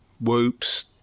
whoops